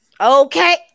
Okay